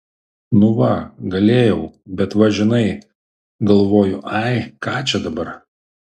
nu va galėjau bet va žinai galvoju ai ką čia dabar